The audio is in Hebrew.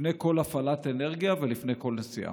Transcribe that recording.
לפני כל הפעלת אנרגיה ולפני כל נסיעה.